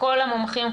הכושר.